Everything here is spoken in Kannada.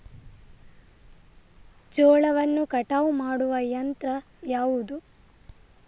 ಜೋಳವನ್ನು ಕಟಾವು ಮಾಡುವ ಯಂತ್ರ ಯಾವುದು?